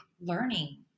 learning